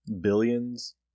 Billions